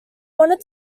wanted